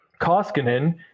Koskinen